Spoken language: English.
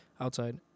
outside